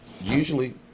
usually